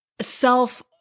self-